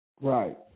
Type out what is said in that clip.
Right